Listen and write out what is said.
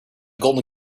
golden